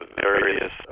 various